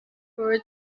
for